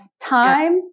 time